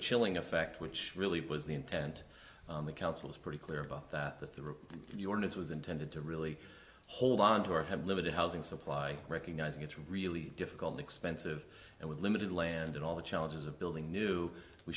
chilling effect which really was the intent on the council is pretty clear about that that the rip your nose was intended to really hold onto our had limited housing supply recognizing it's really difficult expensive and with limited land and all the challenges of building new we